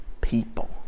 people